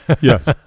Yes